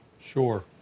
Sure